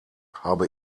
habe